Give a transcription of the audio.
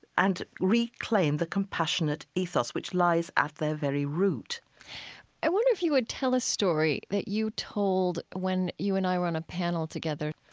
and reclaim the compassionate ethos, which lies at their very root i wonder if you would tell a story that you told when you and i were on a panel together.